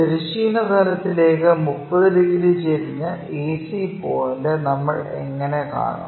തിരശ്ചീന തലത്തിലേക്ക് 30 ഡിഗ്രി ചെരിഞ്ഞ AC പോയിന്റ് നമ്മൾ എങ്ങനെ കാണും